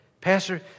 Pastor